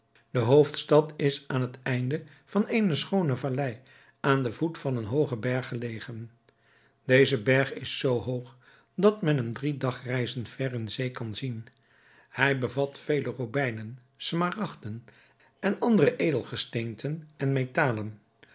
de hoofdstad is aan het einde van eene schoone vallei aan den voet van een hoogen berg gelegen deze berg is zoo hoog dat men hem drie dagreizen ver in zee zien kan hij bevat vele robijnen smaragden en andere edelgesteenten en metalen